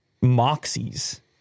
Moxie's